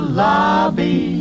lobby